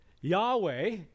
Yahweh